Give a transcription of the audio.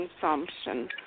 consumption